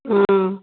ହଁ